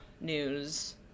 News